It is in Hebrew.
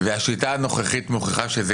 והשיטה הנוכחית מוכיחה שזה